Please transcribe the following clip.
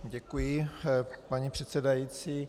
Děkuji, paní předsedající.